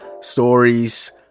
stories